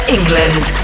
England